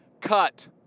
cut